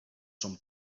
son